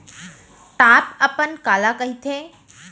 Top अपन काला कहिथे?